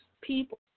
people